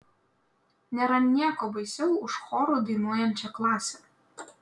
nėra nieko baisiau už choru dainuojančią klasę